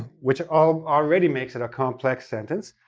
which ah already makes it a complex sentence,